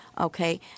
okay